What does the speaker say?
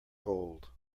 gold